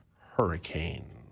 hurricane